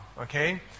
Okay